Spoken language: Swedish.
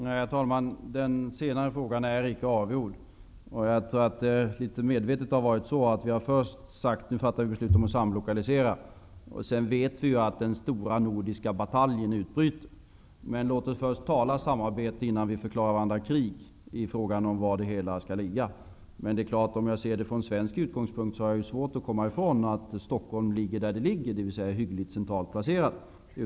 Herr talman! Den senare frågan är inte avgjord. Vi har medvetet först velat fatta beslutet om att samlokalisera. Sedan vet vi att den stora nordiska bataljen utbryter. Låt oss först tala om samarbete, innan vi förklarar varandra krig i frågan om var det hela skall ligga. Men om jag ser saken från svensk utgångspunkt har jag självfallet svårt att komma ifrån att Stockholm ligger där det ligger, dvs. hyggligt centralt placerat.